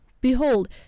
Behold